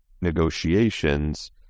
negotiations